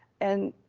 and,